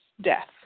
death